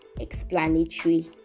explanatory